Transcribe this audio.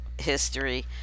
history